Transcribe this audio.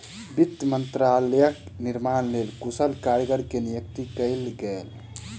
वित्त मंत्रालयक निर्माणक लेल कुशल कारीगर के नियुक्ति कयल गेल